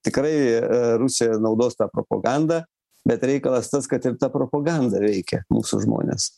ir tikrai rusija naudos tą propagandą bet reikalas tas kad ir ta propaganda veikia mūsų žmones